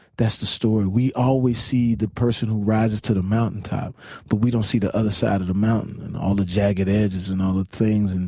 that's the story. we always see the person that rises to the mountaintop but we don't see the other side of the mountain and all the jagged edges and all the things. and